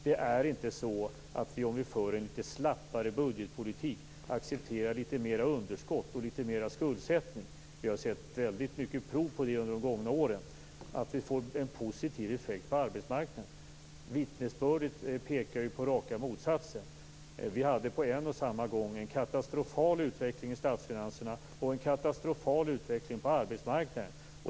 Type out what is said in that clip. Det är inte så att om vi för en litet slappare budgetpolitik, accepterar liter mer underskott och litet större skuldsättning - vi har sett prov på detta under de gångna åren - att det blir en positiv effekt på arbetsmarknaden. Vittnesbördet pekar på raka motsatsen. Vi hade på en och samma gång en katastrofal utveckling i statsfinanserna och en katastrofal utveckling på arbetsmarknaden.